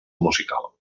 musical